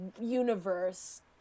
universe